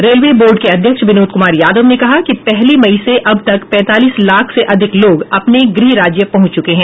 railway board के अध्यक्ष विनोद कुमार यादव ने कहा कि पहली मई से अब तक पैंतालीस लाख से अधिक लोग अपने गृह राज्य पहुंच चुके हैं